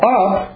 up